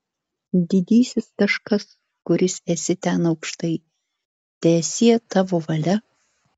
didysis kažkas kuris esi ten aukštai teesie tavo valia